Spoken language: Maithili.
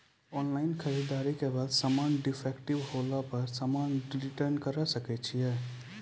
ऑनलाइन खरीददारी के बाद समान डिफेक्टिव होला पर समान रिटर्न्स करे सकय छियै?